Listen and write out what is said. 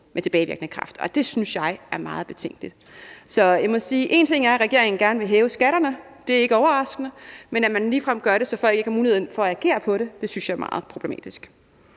med tilbagevirkende kraft, og det synes jeg er meget betænkeligt. Så jeg må sige, at én ting er, at regeringen gerne vil hæve skatterne. Det er ikke overraskende, men at man ligefrem gør det, så folk ikke har mulighed for at agere på det, synes jeg er meget problematisk.